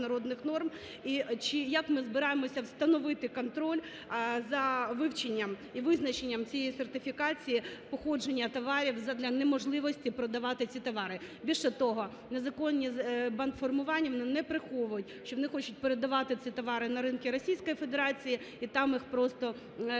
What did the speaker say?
І як ми збираємося встановити контроль за вивченням і визначенням цієї сертифікації походження товарів задля неможливості продавати ці товари? Більше того, незаконні бандформування не приховують, що вони хочуть передавати ці товари на ринки Російської Федерації і там їх просто таким